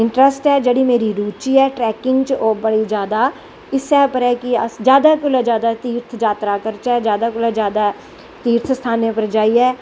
interest ऐ मेरी जेह्ड़ी रुची ऐ ट्रैकिंग च ओह् बड़ी जादा ऐ इस्सै पर ऐ कि अस जादा कोला दा जादा तीर्थ जात्तरा क जादा कोला दा जादा तीर्थ स्थानें पर जाइयै